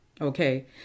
Okay